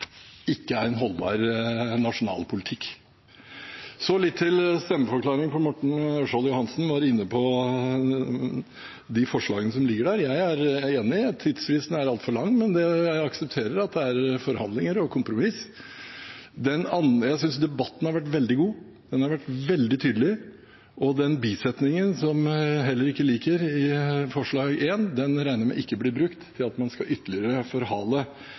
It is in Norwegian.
ikke er en holdbar nasjonal politikk. Så litt til stemmeforklaringen: Morten Ørsal Johansen var inne på de forslagene som ligger der. Jeg er enig, tidsfristen er altfor lang. Men jeg aksepterer at det er forhandlinger og kompromiss. Jeg synes debatten har vært veldig god. Den har vært veldig tydelig. Den bisetningen som vi heller ikke liker i forslag nr. 6, regner jeg med ikke blir brukt til å forhale ytterligere. Da regner jeg med at man